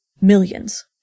Millions